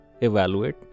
evaluate